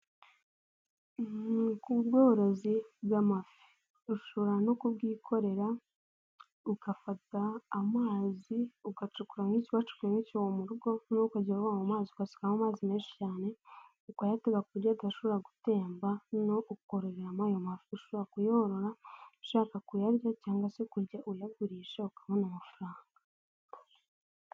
Ubworozi bw'amafi ushobora no kubwikorera ugafata amazi ugacukura nk'icyobo uba wacukura mu rugo noneho ukajya uvoma mazi ukasukamo amazi menshi cyane, ukayatega ku buryo adashobora gutemba noneho ukororeramo ayo mafi, ushobora kuyororora ushaka kuyarya cyangwa se ukujya uyagurisha ukabona amafaranga.